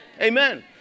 Amen